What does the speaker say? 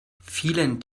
vielen